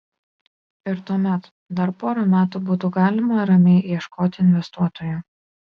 ir tuomet dar porą metų būtų galima ramiai ieškoti investuotojų